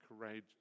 courageous